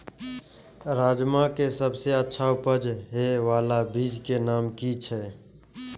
राजमा के सबसे अच्छा उपज हे वाला बीज के नाम की छे?